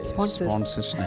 Sponsors